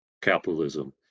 capitalism